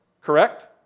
Correct